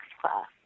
class